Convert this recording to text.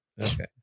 Okay